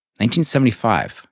1975